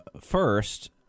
first